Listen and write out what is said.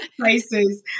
places